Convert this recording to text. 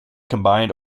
combined